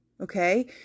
okay